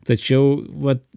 tačiau vat